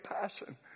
passion